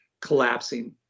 collapsing